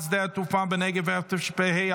חבר הכנסת אחמד טיבי מצביע נגד, לפרוטוקול.